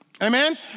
Amen